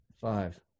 Five